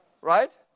Right